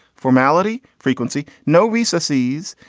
formality, frequency, no recesses,